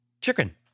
Chicken